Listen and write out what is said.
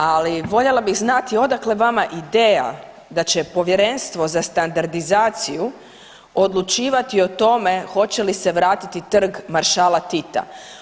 Ali voljela bih znati odakle vama ideja da će Povjerenstvo za standardizaciju odlučivati o tome hoće li se vratiti Trg maršala Tita?